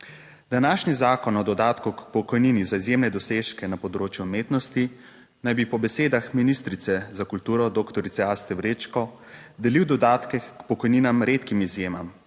Današnji Zakon o dodatku k pokojnini za izjemne dosežke na področju umetnosti naj bi po besedah ministrice za kulturo, doktorice Aste Vrečko, delil dodatke k pokojninam redkim izjemam,